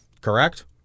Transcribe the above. Correct